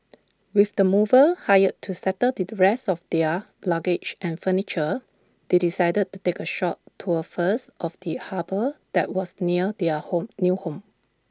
with the movers hired to settle the rest of their luggage and furniture they decided to take A short tour first of the harbour that was near their home new home